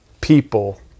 people